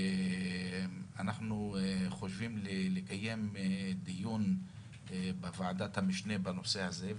אנחנו חושבים לקיים דיון בוועדת המשנה בנושא הזה,